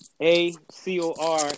A-C-O-R